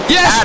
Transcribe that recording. Yes